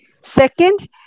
Second